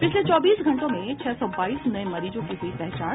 पिछले चौबीस घंटों में छह सौ बाईस नये मरीजों की हुई पहचान